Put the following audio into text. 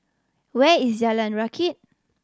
where is Jalan Rakit